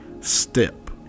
step